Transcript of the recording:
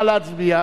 נא להצביע.